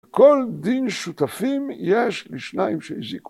כל דין שותפים יש לשניים שזיכו.